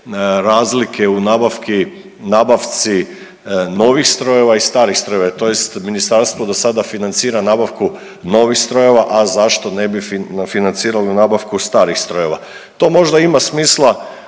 nabavki, nabavci novih strojeva i starih strojeva tj. ministarstvo dosada financira nabavku novih strojeva, a zašto ne bi financirala nabavku starih strojeva. To možda ima smisla